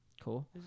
Cool